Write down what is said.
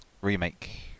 remake